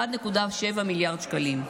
1.7 מיליארד שקלים.